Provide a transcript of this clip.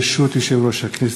ברשות יושב-ראש הכנסת,